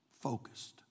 Focused